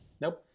Nope